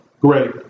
Great